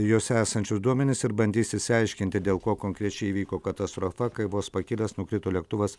jose esančius duomenis ir bandys išsiaiškinti dėl ko konkrečiai įvyko katastrofa kai vos pakilęs nukrito lėktuvas